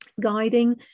guiding